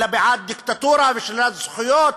אלא בעד דיקטטורה ושלילת זכויות,